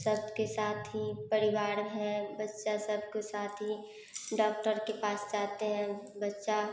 सब के साथ ही परिवार है बच्चा सबके साथ ही डॉक्टर के पास जाते हैं बच्चा